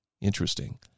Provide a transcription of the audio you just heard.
Interesting